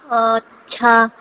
ओ अच्छा